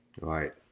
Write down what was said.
Right